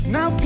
Now